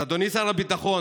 אז אדוני שר הביטחון,